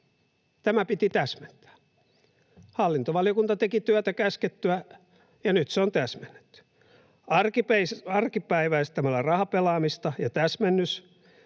Tämä piti täsmentää. Hallintovaliokunta teki työtä käskettyä, ja nyt se on täsmennetty: ”arkipäiväistämällä rahapelaamista” — ja täsmennys